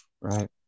Right